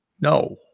no